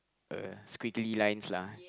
a squiggly lines lah